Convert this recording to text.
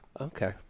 Okay